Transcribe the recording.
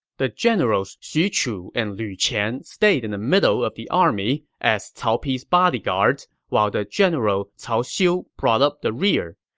the generals xu chu and lu qian stayed in the middle of the army as cao pi's bodyguards, while the general cao xiu brought up the rear.